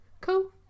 cool